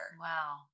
Wow